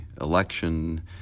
election